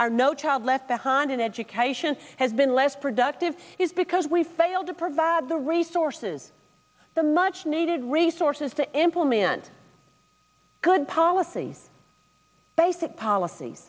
our no child left behind in education has been less productive is because we failed to provide the resources the much needed resources to implement good policy basic polic